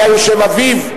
היה יושב אביו,